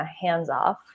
hands-off